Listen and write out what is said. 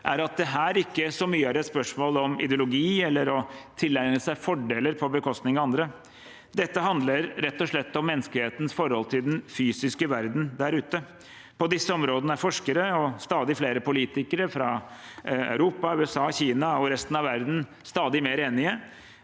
er at det her ikke er så mye spørsmål om ideologi eller å tilegne seg fordeler på bekostning av andre. Dette handler rett og slett om menneskehetens forhold til den fysiske verdenen der ute. På disse områdene er forskere – og stadig flere politikere – fra Europa, USA, Kina og resten av verden stadig mer enige.